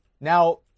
Now